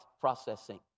processing